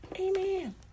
Amen